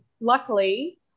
luckily